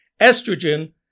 estrogen